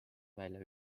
välja